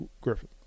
Griffin